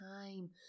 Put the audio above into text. time